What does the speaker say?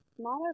smaller